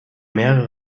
mehrere